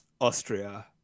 austria